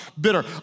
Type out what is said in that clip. bitter